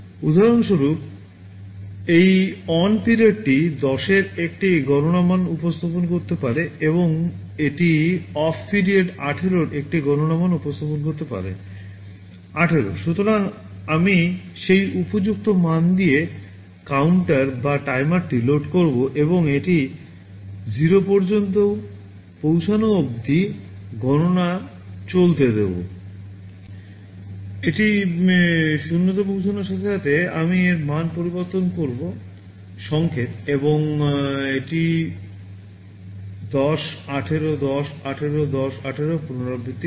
উদাহরণস্বরূপ এই অন পিরিয়ডটি 10 এর একটি গণনা মান উপস্থাপন করতে পারে এবং এটি অফ পিরিয়ড 18 এর একটি গণনা মান উপস্থাপন করতে পারে 18 সুতরাং আমি সেই উপযুক্ত মান দিয়ে কাউন্টার বা টাইমারটি লোড করব এবং এটি 0 পর্যন্ত পৌঁছানো অবধি গণনা চলতে দেব এবং এটি 0 এ পৌঁছানোর সাথে সাথে আমি এর মান পরিবর্তন করব সংকেত এবং এটি 10 18 10 18 10 18 পুনরাবৃত্তি করে